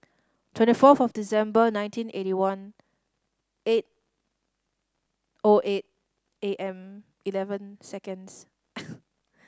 twenty fourth of December nineteen eighty one eight O eight A M eleven seconds